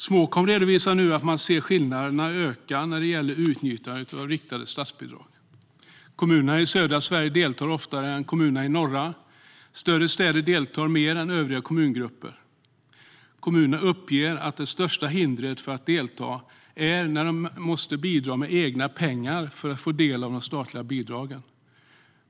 Småkom redovisar nu att man ser att skillnaderna ökar när det gäller utnyttjandet av riktade statsbidrag. Kommuner i södra Sverige deltar oftare än kommuner i norra Sverige. Större städer deltar mer än övriga kommungrupper. Kommunerna uppger att det största hindret för att delta är när de måste bidra med egna pengar för att få del av de statliga bidragen.